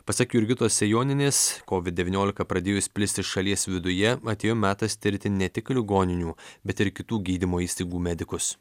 pasak jurgitos sejonienės kovid devyniolika pradėjus plisti šalies viduje atėjo metas tirti ne tik ligoninių bet ir kitų gydymo įstaigų medikus